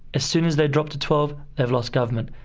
as soon as they drop to twelve, they've lost government.